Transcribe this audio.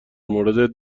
موردت